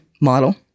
model